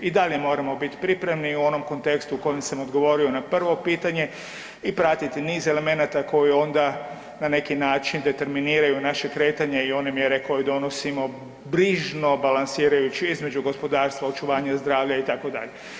I dalje moramo biti pripremni u onom kontekstu u kojem sam odgovorio na prvo pitanje i pratiti niz elemenata koji onda, na neki način, determiniraju naše kretanje i one mjere koje donosimo brižno balansirajući između gospodarstva, očuvanja zdravlja, itd.